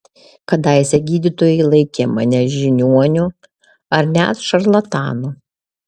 kadaise gydytojai laikė mane žiniuoniu ar net šarlatanu